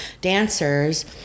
dancers